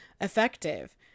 effective